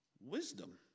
Wisdom